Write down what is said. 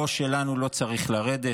הראש שלנו לא צריך לרדת.